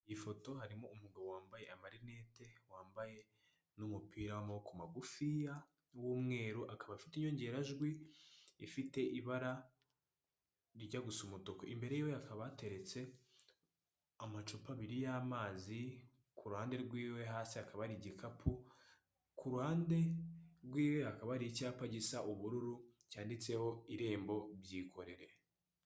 Ifoto harimo umugabo wambaye amarinete wambaye'umupira w' magufiya, w'umweru akaba afite inyongerajwi ifite ibara rijya gusa umutuku. Imbere ye hakaba hateretse amacupa abiri y'amazi kuruhande rwiwe hasi hakaba ari igikapu, ku ruhande rw'iwe hakaba icyapa gisa ubururu cyanditseho irembo byikorere.